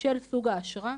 של סוג האשרה,